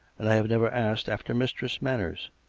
and i have never asked after mistress manners.